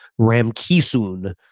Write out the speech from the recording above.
Ramkisun